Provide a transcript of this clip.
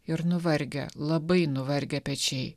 ir nuvargę labai nuvargę pečiai